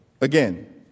again